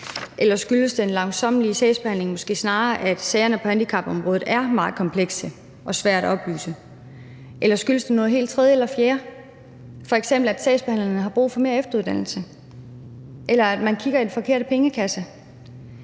Eller skyldes den langsommelige sagsbehandling måske snarere, at sagerne på handicapområdet er meget komplekse og svære at oplyse? Eller skyldes det noget helt tredje eller fjerde, f.eks. at sagsbehandlerne har brug for mere efteruddannelse, eller at man kigger i den forkerte pengekasse?